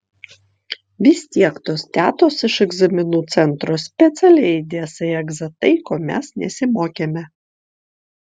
vis tiek tos tetos iš egzaminų centro specialiai įdės į egzą tai ko mes nesimokėme